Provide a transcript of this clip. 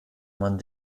man